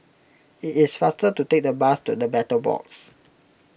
it is faster to take the bus to the Battle Box